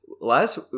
Last